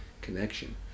connection